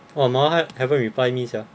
oh my one haven't reply me sia